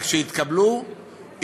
לכשיתקבלו,